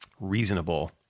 reasonable